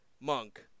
Monk